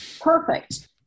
perfect